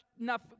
enough